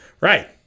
Right